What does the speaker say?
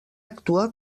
actua